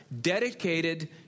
dedicated